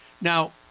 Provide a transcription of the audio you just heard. Now